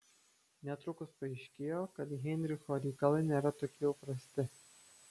netrukus paaiškėjo kad heinricho reikalai nėra tokie jau prasti